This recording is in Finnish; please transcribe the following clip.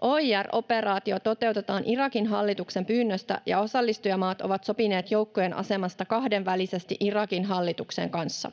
OIR-operaatio toteutetaan Irakin hallituksen pyynnöstä, ja osallistujamaat ovat sopineet joukkojen asemasta kahdenvälisesti Irakin hallituksen kanssa.